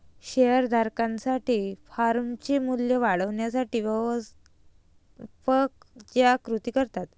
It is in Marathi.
शेअर धारकांसाठी फर्मचे मूल्य वाढवण्यासाठी व्यवस्थापक ज्या कृती करतात